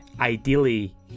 ideally